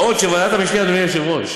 בעוד ועדת המשנה לעררים, אדוני היושב-ראש,